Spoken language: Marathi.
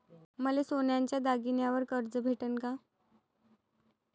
मले सोन्याच्या दागिन्यावर कर्ज भेटन का?